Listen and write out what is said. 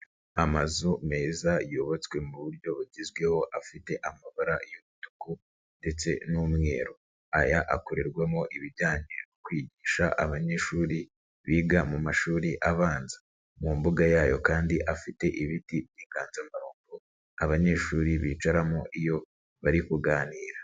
Amazu meza yubatswe mu buryo bugezweho afite amabara y'umutuku ndetse n'umweru, aya akorerwamo ibijyanye no kwigisha abanyeshuri biga mu mashuri abanza, mu mbuga yayo kandi afite ibiti by'inganzamarumbo abanyeshuri bicaramo iyo bari kuganira.